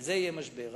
על זה יהיה משבר,